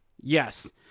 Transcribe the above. Yes